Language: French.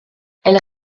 elle